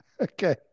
Okay